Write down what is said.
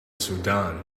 sudan